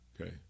Okay